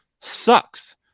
sucks